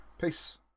Peace